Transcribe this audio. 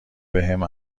بهم